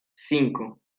cinco